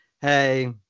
hey